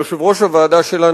יושב-ראש הוועדה שלנו,